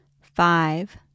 five